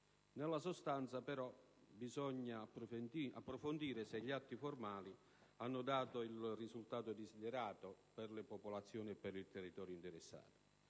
nella sostanza, però, bisogna approfondire se gli atti formali hanno dato il risultato desiderato per le popolazioni e per il territorio interessato